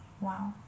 Wow